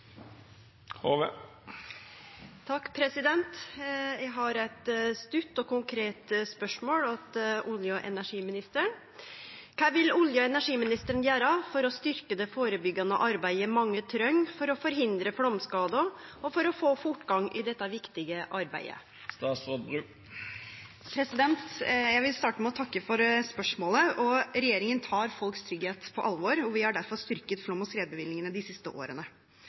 olje- og energiministeren: «Kva vil statsråden gjere for å styrke det førebyggande arbeidet mange treng for å forhindre flaumskadar, og for å få fortgang i dette viktige arbeidet?» Jeg vil starte med å takke for spørsmålet. Regjeringen tar folks trygghet på alvor. Vi har derfor styrket flom- og skredbevilgningene de siste årene.